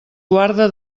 guarde